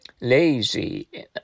Lazy